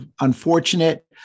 unfortunate